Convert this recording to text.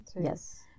Yes